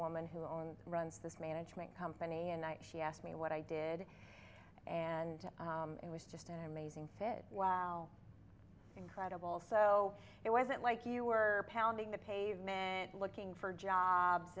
woman who owned runs this management company and i she asked me what i did and it was just an amazing fit wow incredible so it wasn't like you were pounding the pavement looking for jobs